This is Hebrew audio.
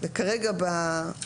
וכרגע בעיצוב של החוק